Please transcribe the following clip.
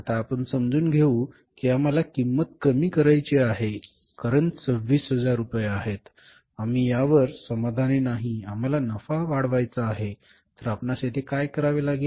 आता आपण समजून घेऊ की आम्हाला किंमत कमी करायची आहे कारण नफा 26000 आहे आम्ही यावर समाधानी नाही आम्हाला नफा वाढवायचा आहे तर आपणास येथे काय करावे लागेल आपल्याला किंमत कमी करावी लागेल